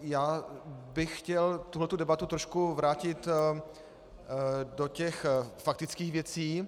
Já bych chtěl tuto debatu trochu vrátit do těch faktických věcí.